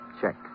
Check